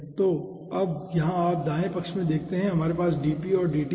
तो अब यहाँ आप दाएं पक्ष में देखते हैं कि हमारे पास dP और dT हैं